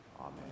Amen